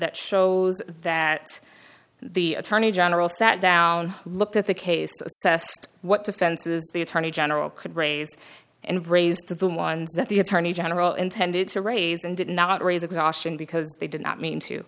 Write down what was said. that shows that the attorney general sat down looked at the case what defenses the attorney general could raise and raised to the ones that the attorney general intended to raise and did not raise exhaustion because they did not mean to